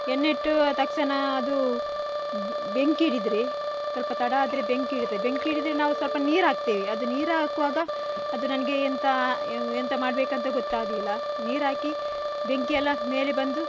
ಎಣ್ಣೆ ಇಟ್ಟು ತಕ್ಷಣಾ ಅದು ಬೆಂಕಿ ಹಿಡಿದ್ರೆ ಸ್ವಲ್ಪ ತಡ ಆದರೆ ಬೆಂಕಿ ಹಿಡಿತೆ ಬೆಂಕಿ ಹಿಡಿದ್ರೆ ನಾವು ಸ್ವಲ್ಪ ನೀರು ಹಾಕ್ತೇವೆ ಅದು ನೀರು ಹಾಕ್ವಾಗ ಅದು ನನಗೆ ಎಂತ ಎಂತ ಮಾಡಬೇಕಂತ ಗೊತ್ತಾಗಲಿಲ್ಲ ನೀರಾಕಿ ಬೆಂಕಿಯೆಲ್ಲ ಮೇಲೆ ಬಂದು